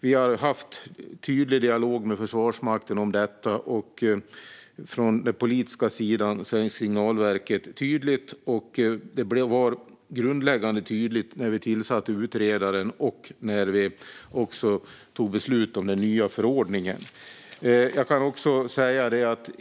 Vi har haft en tydlig dialog med Försvarsmakten om detta. Från politisk sida är signalverket tydligt. Detta blev i grunden tydligt när vi tillsatte utredaren och också när vi tog beslut om den nya förordningen.